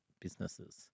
businesses